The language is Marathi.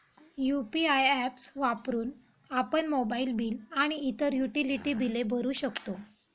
यु.पी.आय ऍप्स वापरून आपण मोबाइल बिल आणि इतर युटिलिटी बिले भरू शकतो